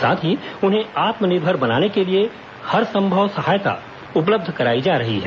साथ ही उन्हें आत्मनिर्भर बनाने के लिए हरसंभव सहायता उपलब्ध कराई जा रही है